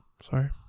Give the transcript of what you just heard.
sorry